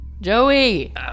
Joey